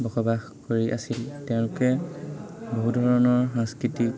বসবাস কৰি আছিল তেওঁলোকে বহু ধৰণৰ সাংস্কৃতিক